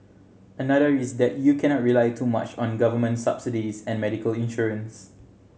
another is that you cannot rely too much on government subsidies and medical insurance